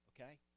okay